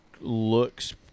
looks